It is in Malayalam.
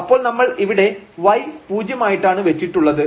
അപ്പോൾ നമ്മൾ ഇവിടെ y പൂജ്യം ആയിട്ടാണ് വെച്ചിട്ടുള്ളത്